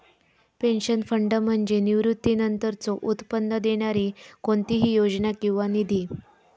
pension fund म्हणजे निवृत्तीनंतरचो उत्पन्न देणारी कोणतीही योजना किंवा निधी